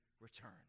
return